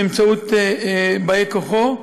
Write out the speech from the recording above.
באמצעות באי-כוחו,